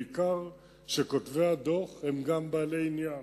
בעיקר שכותבי הדוח הם גם בעלי עניין,